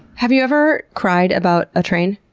have you ever cried about a train?